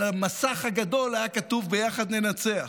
על המסך הגדול היה כתוב: ביחד ננצח.